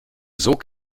sog